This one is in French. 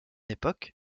époque